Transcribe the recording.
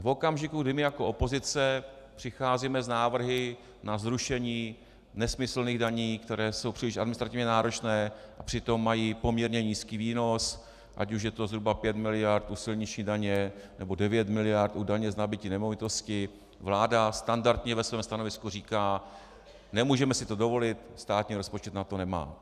V okamžiku, kdy my jako opozice přicházíme s návrhy na zrušení nesmyslných daní, které jsou příliš administrativně náročné a přitom mají poměrně nízký výnos, ať už je to zhruba 5 miliard u silniční daně nebo 9 miliard u daně z nabytí nemovitostí, vláda standardně ve svém stanovisku říká: nemůžeme si to dovolit, státní rozpočet na to nemá.